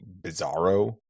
bizarro